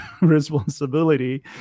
responsibility